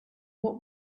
what